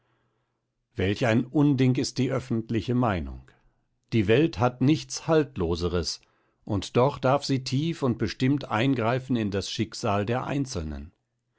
welch ein unding ist die öffentliche meinung die welt hat nichts haltloseres und doch darf sie tief und bestimmt eingreifen in das schicksal der einzelnen